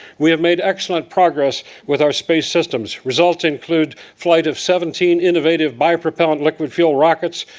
we have made excellent progress with our space systems. results include flight of seventeen innovative bi-propellant liquid fuel rockets,